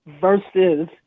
versus